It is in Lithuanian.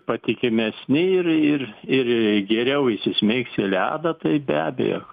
patikimesni ir ir ir e geriau įsismeigs į ledą tai be abejo